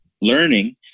learning